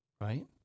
right